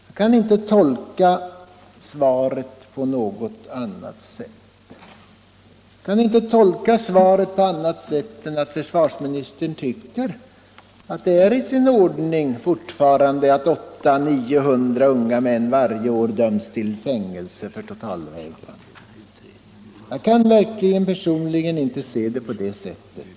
Jag kan inte tolka svaret på annat sätt än så, att försvarsministern tycker att det är i sin ordning att 800-900 unga män varje år fortfarande döms till fängelse för totalvägran. Jag kan personligen inte se det på det sättet.